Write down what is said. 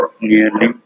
nearly